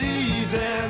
easy